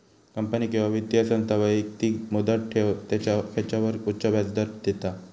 company किंवा वित्तीय संस्था व्यक्तिक मुदत ठेव खात्यावर उच्च व्याजदर देता